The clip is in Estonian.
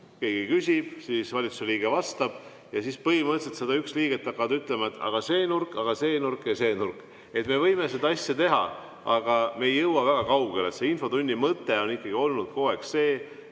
keegi küsib, valitsuse liige vastab ja siis põhimõtteliselt 101 liiget hakkavad ütlema, et aga see nurk, see nurk ja see nurk. Me võime seda asja teha, aga me ei jõua väga kaugele. Infotunni mõte on olnud kogu aeg